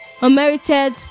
unmerited